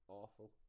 awful